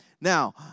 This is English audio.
Now